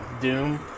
Doom